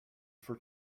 for